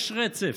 יש רצף,